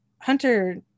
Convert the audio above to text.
hunter